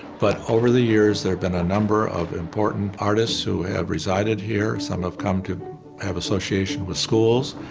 but over the years there've been a number of important artists who have resided here. some have come to have association with schools,